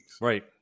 Right